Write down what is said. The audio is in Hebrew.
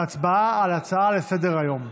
זו הצבעה על הצעה לסדר-היום.